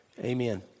amen